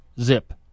Zip